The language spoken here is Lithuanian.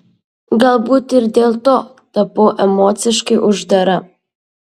galbūt ir dėl to tapau emociškai uždara